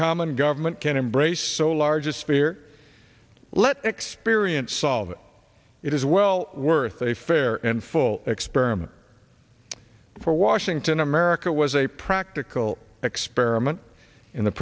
common government can embrace so large a spear let experience solve it is well worth a fair and full experiment for washington america was a practical experiment in the